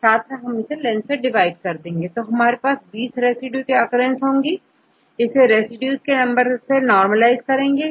छात्र इसे लेंथ से डिवाइड करेंगे तो हमारे पास 20 रेसिड्यू की occurrence होगी इसे रेसिड्यू के नंबर से नॉर्मलाइज करेंगे